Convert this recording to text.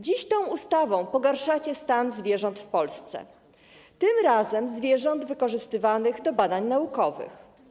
Dziś tą ustawą pogarszacie stan zwierząt w Polsce, tym razem zwierząt wykorzystywanych do badań naukowych.